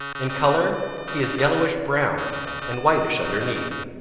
in color he is yellowish-brown and whitish underneath.